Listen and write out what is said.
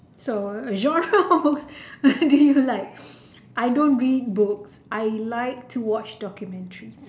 so genre of do you like I don't read books I like to watch documentaries